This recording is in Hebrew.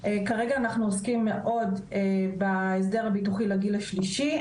כרגע אנחנו עוסקים מאוד בהסדר הביטוחי לגיל השלישי.